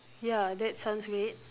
ya that sounds great